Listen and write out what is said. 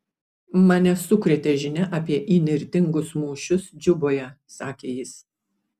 mane sukrėtė žinia apie įnirtingus mūšius džuboje sakė jis